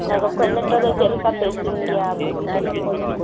ᱟᱨ ᱨᱚᱠᱚᱢ ᱞᱮᱴᱚ ᱫᱚ ᱪᱮᱫ ᱞᱮᱠᱟᱯᱮ ᱤᱥᱤᱱ ᱜᱮᱭᱟ ᱵᱩᱜᱤᱛᱮ ᱥᱤᱵᱤᱞ